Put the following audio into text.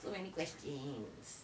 so many questions